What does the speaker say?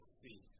see